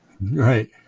Right